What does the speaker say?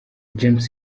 james